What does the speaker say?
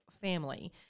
family